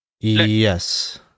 Yes